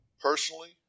Personally